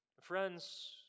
Friends